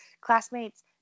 classmates